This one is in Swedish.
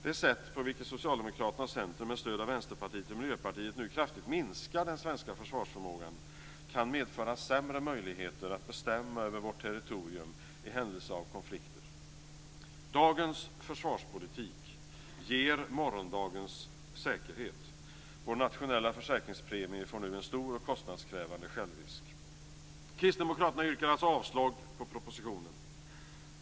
Det sätt på vilket Socialdemokraterna och Centern med stöd av Vänsterpartiet och Miljöpartiet nu kraftigt minskar den svenska försvarsförmågan kan medföra sämre möjligheter att bestämma över vårt territorium i händelse av konflikter. Dagens försvarspolitik ger oss morgondagens säkerhet. Vår nationella försäkrinspremie får nu en stor och kostnadskrävande självrisk. Kristdemokraterna yrkar alltså avslag på propositionen.